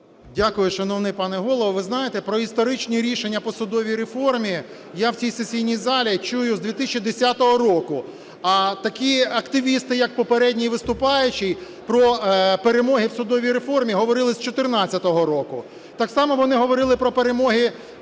Дякую, шановний пане Голово. Ви знаєте, про історичні рішення по судовій реформі я в цій сесійній залі чую з 2010 року. А такі активісти, як попередній виступаючий, про перемоги в судовій реформі говорили з 14-го року. Так само вони говорили про перемоги